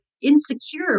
insecure